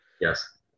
Yes